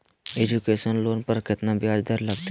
Education loan पर केतना ब्याज दर लगतई?